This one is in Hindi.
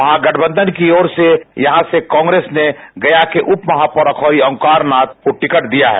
महागठबंधन की ओर से यहां से कांग्रेस ने गया के उप महापौर अखौरी ओंकारनाथ को टिकट दिया है